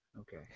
Okay